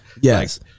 Yes